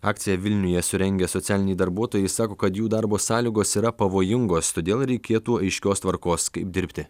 akciją vilniuje surengę socialiniai darbuotojai sako kad jų darbo sąlygos yra pavojingos todėl reikėtų aiškios tvarkos kaip dirbti